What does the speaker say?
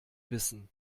wissen